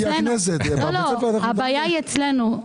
הבעיה היא אצלנו.